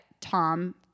Tom